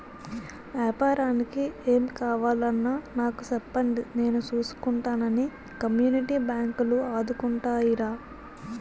ఏపారానికి ఏం కావాలన్నా నాకు సెప్పండి నేను సూసుకుంటానని కమ్యూనిటీ బాంకులు ఆదుకుంటాయిరా